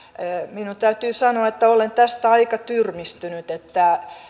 minun täytyy sanoa että olen tästä aika tyrmistynyt että